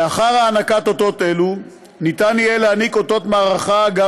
לאחר הענקת אותות אלו ניתן יהיה להעניק אותות מערכה גם